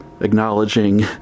acknowledging